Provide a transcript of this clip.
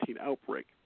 outbreak